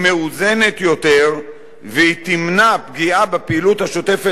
היא מאוזנת יותר והיא תמנע פגיעה בפעילות השוטפת של